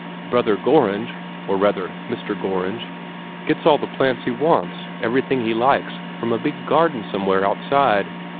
brother gorringe or rather mr. gorringe gets all the plants he wants, everything he likes, from a big garden somewhere outside.